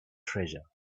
treasure